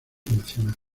nacional